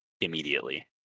immediately